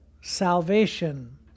salvation